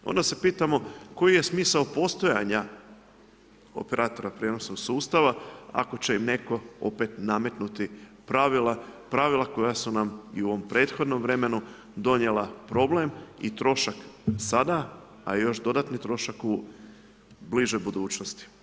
Onda se pitamo, koji je smisao postojanja operatora prijenosa sustava, ako će im netko opet nametnuti pravila, pravila koja su nam i u ovom prethodnom vremenu donijela problem i trošak sada, a još dodatni trošak u bližoj budućnosti.